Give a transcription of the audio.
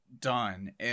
done